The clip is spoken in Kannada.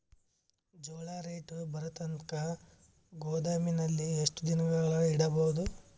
ಜೋಳ ರೇಟು ಬರತಂಕ ಗೋದಾಮಿನಲ್ಲಿ ಎಷ್ಟು ದಿನಗಳು ಯಿಡಬಹುದು?